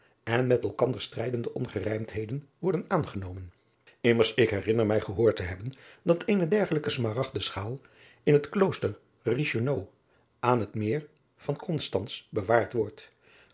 en met elkander strijdende ongerijmdheden worden aangenomen immers ik herinner mij gehoord te hebben dat eene dergelijke smaragden schaal in het klooster reichenau aan het meer van konstans bewaard wordt